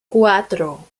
cuatro